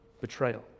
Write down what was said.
Betrayal